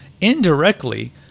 indirectly